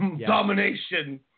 Domination